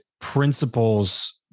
principles